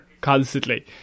constantly